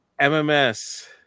MMS